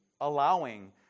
allowing